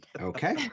Okay